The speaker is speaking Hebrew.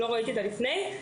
לא ראיתי אותה לפני.